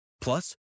Plus